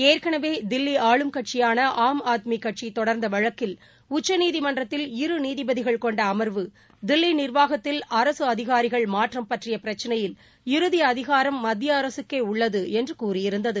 ஏற்கனவே தில்லி ஆளும் கட்சியான ஆம் ஆத்மி கட்சி தொடர்ந்த வழக்கில் உச்சநீதிமன்றத்தில் இருநீதிபதிகள் கொண்ட அமர்வு தில்லி நிர்வாகத்தில் அரசு அதிகாரிகள் மாற்றம் பற்றிய பிரச்னையில் இறுதி அதிகாரம் மத்திய அரசுக்கே உள்ளது என்று கூறியிருந்தது